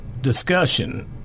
discussion